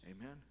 amen